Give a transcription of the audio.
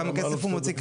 כמה כסף הוא מוציא,